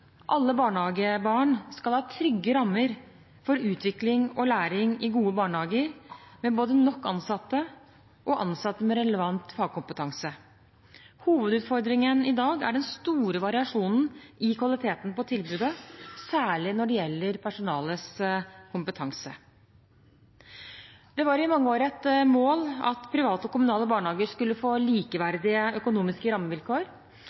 Alle barnehagebarn skal ha trygge rammer for utvikling og læring i gode barnehager med både nok ansatte og ansatte med relevant fagkompetanse. Hovedutfordringen i dag er den store variasjonen i kvaliteten på tilbudet, særlig når det gjelder personalets kompetanse. Det var i mange år et mål at private og kommunale barnehager skulle få likeverdige økonomiske rammevilkår.